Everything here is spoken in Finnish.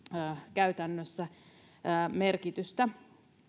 käytännössä merkitystä